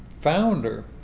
founder